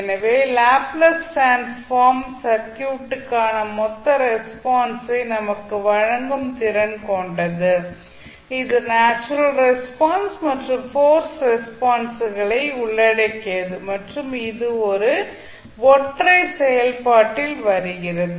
எனவே Laplace transform circuit க்கான மொத்த ரெஸ்பான்ஸ் ஐ நமக்கு வழங்கும் திறன் கொண்டது இது நேச்சுரல் ரெஸ்பான்ஸ் மற்றும் போர்ஸ்ட் ரெஸ்பான்ஸ் களை உள்ளடக்கியது மற்றும் இது ஒரு ஒற்றை செயல்பாட்டில் வருகிறது